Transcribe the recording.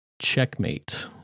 checkmate